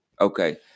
Okay